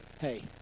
Hey